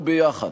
ביחס